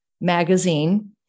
magazine